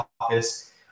office